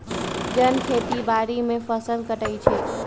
जन खेती बाड़ी में फ़सल काटइ छै